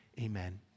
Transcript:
Amen